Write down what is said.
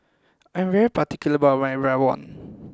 I am particular about my Rawon